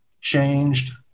changed